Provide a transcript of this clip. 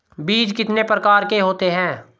बीज कितने प्रकार के होते हैं?